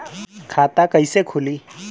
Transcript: खाता कइसे खुली?